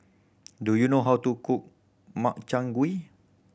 do you know how to cook Makchang Gui